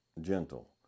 gentle